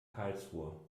karlsruhe